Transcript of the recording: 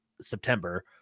September